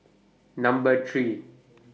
Number three